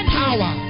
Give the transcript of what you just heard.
power